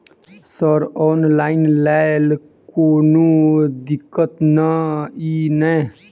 Sir online लैल कोनो दिक्कत न ई नै?